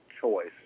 choice